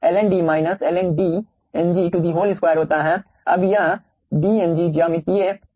अब यह dng ज्यामितिक माध्य व्यास के अलावा और कुछ नहीं है